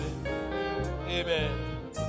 Amen